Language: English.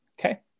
Okay